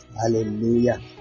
hallelujah